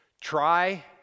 try